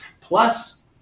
Plus